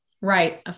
Right